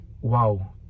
wow